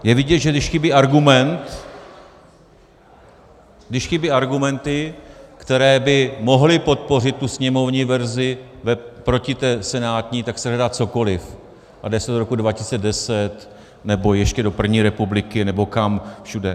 Je vidět, že když chybí argument, když chybí argumenty, které by mohly podpořit sněmovní verzi proti té senátní, tak se hledá cokoli a jde se do roku 2010, nebo ještě do první republiky nebo kam všude.